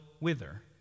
wither